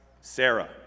Sarah